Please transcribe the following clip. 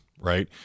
Right